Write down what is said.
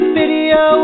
video